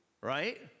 right